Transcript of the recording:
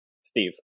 Steve